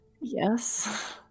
Yes